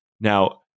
Now